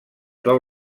del